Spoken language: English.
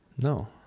No